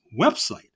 website